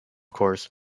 course